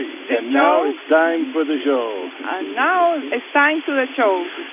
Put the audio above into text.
yeah and now it's time for the show and now it's time to the show